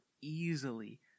easily